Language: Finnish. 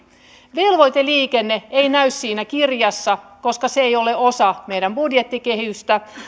velvoiteliikenne ei näy siinä kirjassa koska se ei ole osa meidän budjettikehystä